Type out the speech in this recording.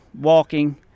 walking